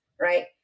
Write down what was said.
right